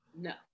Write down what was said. no